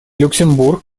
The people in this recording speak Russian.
люксембург